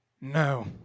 No